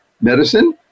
medicine